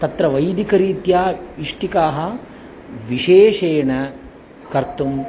तत्र वैदिकरीत्या इष्टिकाः विशेषेणकर्तुं